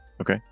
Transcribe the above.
Okay